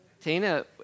Tina